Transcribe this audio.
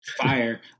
fire